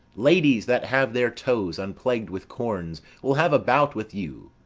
ladies that have their toes unplagu'd with corns will have a bout with you.